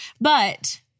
But-